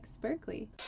berkeley